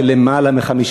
של יותר מ-50%.